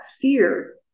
fear